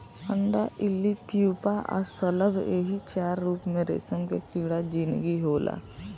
अंडा इल्ली प्यूपा आ शलभ एही चार रूप में रेशम के कीड़ा के जिनगी होला